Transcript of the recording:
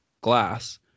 glass